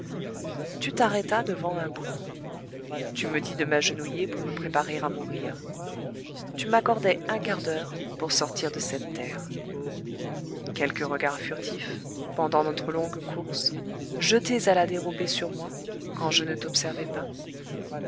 tu t'arrêtas devant un bouleau tu me dis de m'agenouiller pour me préparer à mourir tu m'accordais un quart d'heure pour sortir de cette terre quelques regards furtifs pendant notre longue course jetés à la dérobée sur moi quand je ne t'observais pas